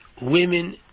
women